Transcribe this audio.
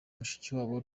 mushikiwabo